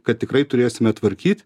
kad tikrai turėsime tvarkyt